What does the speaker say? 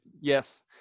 yes